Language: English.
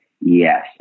yes